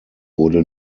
wurde